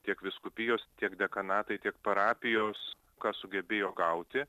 tiek vyskupijos tiek dekanatai tiek parapijos ką sugebėjo gauti